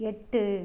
எட்டு